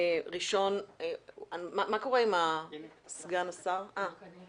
חבר